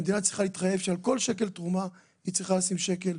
המדינה צריכה להתחייב שעל כל שקל תרומה היא צריכה לשים שקל.